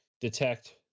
detect